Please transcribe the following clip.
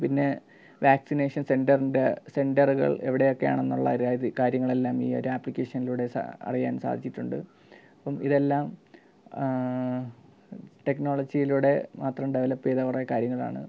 പിന്നെ വാക്സിനേഷൻ സെൻറ്ററിൻ്റെ സെൻറ്ററുകൾ എവിടെയൊക്കെയാണെന്നുള്ള ഒരു കാര്യങ്ങളെല്ലാം ഈ ഒരു ആപ്പ്ളിക്കേഷനിലൂടെ സാ അറിയാൻ സാധിച്ചിട്ടുണ്ട് അപ്പം ഇതെല്ലാം ടെക്നോളജിയിലൂടെ മാത്രം ഡെവലപ്പ് ചെയ്ത കുറേ കാര്യങ്ങളാണ്